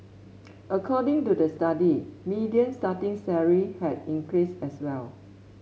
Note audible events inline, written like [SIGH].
according to the [UNINTELLIGIBLE] median starting salary had increased as well